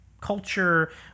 culture